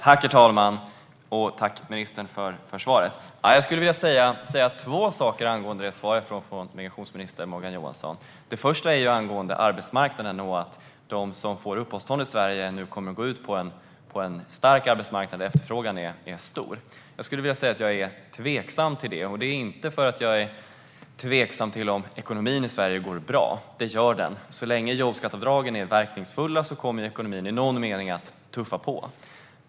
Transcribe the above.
Herr talman! Jag tackar migrationsminister Morgan Johansson för svaret. Låt mig säga två saker angående detta svar. Det första gäller arbetsmarknaden och att de som får uppehållstillstånd i Sverige kommer att gå ut på en stark arbetsmarknad där efterfrågan är stor. Jag är tveksam till det. Det är inte för att jag är tveksam till om ekonomin i Sverige går bra, för det gör den. Så länge jobbskatteavdragen är verkningsfulla kommer ekonomin i någon mening att tuffa på.